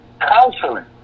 counseling